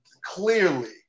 clearly